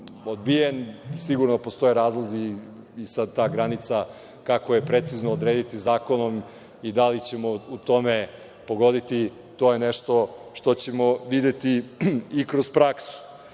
odbijen. Sigurno postoje razlozi i sad ta granica, kako je precizno odrediti zakonom i da li ćemo u tome pogoditi, to je nešto što ćemo videti i kroz praksu. Ono